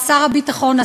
שר הביטחון,